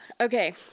Okay